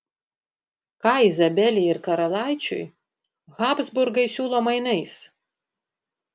ką izabelei ir karalaičiui habsburgai siūlo mainais